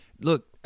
look